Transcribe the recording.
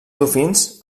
dofins